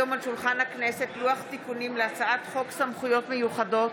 לוח תיקונים להצעת חוק סמכויות מיוחדות